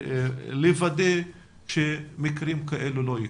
לוודא שמקרים כאלו לא יקרו.